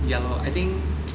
ya loh I think